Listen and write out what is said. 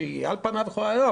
שעל פניו יכולה להיות,